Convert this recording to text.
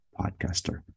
podcaster